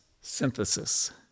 synthesis